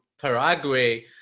Paraguay